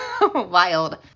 wild